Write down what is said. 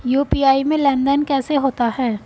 UPI में लेनदेन कैसे होता है?